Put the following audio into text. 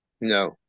no